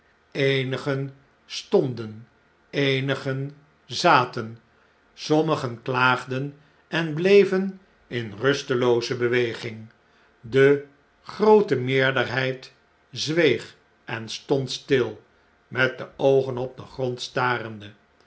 eenigen stonden eenigen zaten sommigen klaagden en bleven in rustelooze beweging de groote meerderheid zweeg en stond stil met de oogen op den grond starende